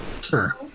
Sir